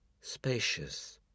spacious